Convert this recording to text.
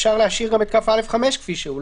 שאפשר להשאיר גם את 22כא(א)(5) כפי שהוא,